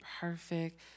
perfect